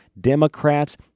Democrats